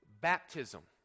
Baptism